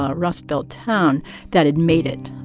ah rust belt town that had made it.